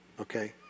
okay